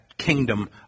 kingdom